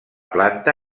planta